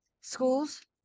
schools